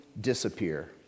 disappear